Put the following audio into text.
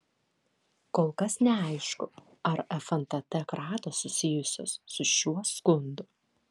kol kas neaišku ar fntt kratos susijusios ir su šiuo skundu